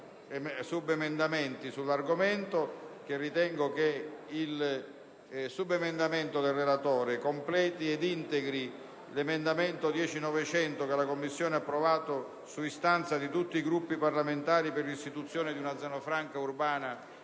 subemendamenti sull'argomento. Ritengo che il subemendamento suddetto completi ed integri l'emendamento 10.900, che la Commissione ha approvato su istanza di tutti i Gruppi parlamentari, per l'istituzione di una zona franca urbana